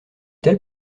tels